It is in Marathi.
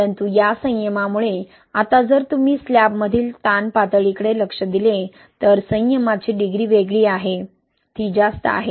परंतु या संयमामुळे आता जर तुम्ही स्लॅबमधील ताण पातळीकडे लक्ष दिले तर संयमाची डिग्री वेगळी आहे ती जास्त आहे